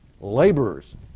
Laborers